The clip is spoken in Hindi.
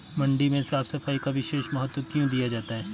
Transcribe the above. मंडी में साफ सफाई का विशेष महत्व क्यो दिया जाता है?